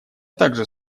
также